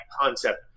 concept